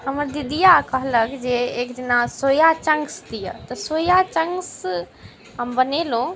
हमर दिदिआ कहलक जे एकदिना सोया चँक्स दिअ तऽ सोया चँक्स हम बनेलहुँ